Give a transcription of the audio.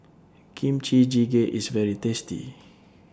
Kimchi Jjigae IS very tasty